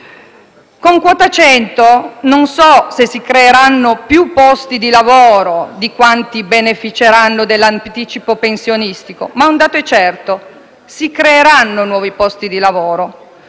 Con quota 100 non so se si creeranno più posti di lavoro di quanti beneficeranno dell'anticipo pensionistico, ma un dato è certo: si creeranno nuovi posti di lavoro.